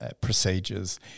procedures